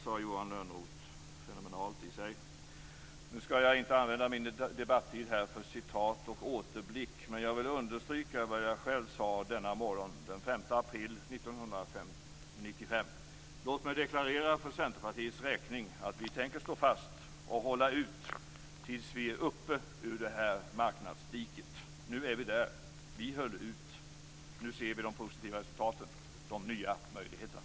Det var fenomenalt i sig. Nu skall jag inte använda min debattid till citat och återblick. Men jag vill understryka vad jag själv sade denna morgon den 5 april 1995: "Låt mig deklarera för Centerpartiets räkning att vi tänker stå fast och hålla ut tills vi är uppe ur det här marknadsdiket." Nu är vi där. Vi höll ut. Nu ser vi de positiva resultaten och de nya möjligheterna.